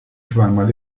zweimal